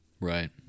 Right